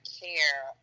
care